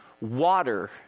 water